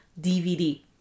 dvd